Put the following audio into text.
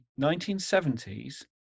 1970s